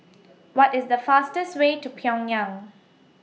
What IS The fastest Way to Pyongyang